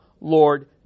Lord